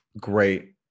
great